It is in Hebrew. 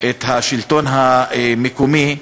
את השלטון המקומי,